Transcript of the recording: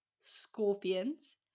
scorpions